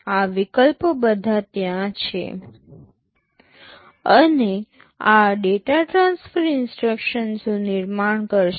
આ વિકલ્પો બધા ત્યાં છે અને આ ડેટા ટ્રાન્સફર ઇન્સટ્રક્શન્સનું નિર્માણ કરશે